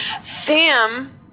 Sam